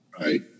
Right